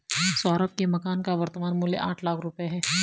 सौरभ के मकान का वर्तमान मूल्य आठ लाख रुपये है